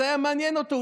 זה היה מעניין אותו,